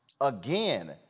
Again